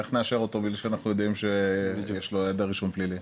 איך נאשר אותו בלי שאנחנו יודעים שיש לו היעדר רישום פלילי?